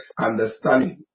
understanding